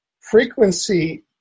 frequency